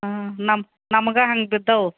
ಹ್ಞೂ ನಮ್ಮ ನಮಗೇ ಹಂಗೆ ಬಿದ್ದಿವೆ